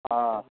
हँ